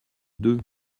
deux